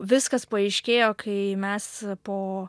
viskas paaiškėjo kai mes po